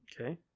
Okay